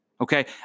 Okay